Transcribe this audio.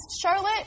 Charlotte